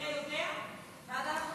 ועד אז,